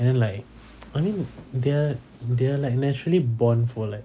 and then like I mean their they are like naturally born for like